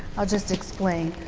i'll just explain.